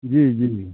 जी जी